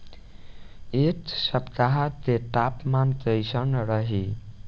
एह सप्ताह के तापमान कईसन रही?